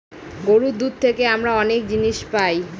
গরুর দুধ থেকে আমরা অনেক জিনিস পায়